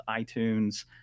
iTunes